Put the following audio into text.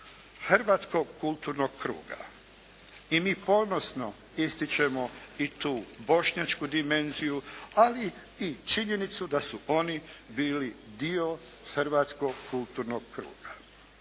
hrvatskog kulturnog kruga. I mi ponosno ističemo i tu bošnjačku dimenziju. Ali i činjenicu da su oni bili dio hrvatskog kulturnog kruga.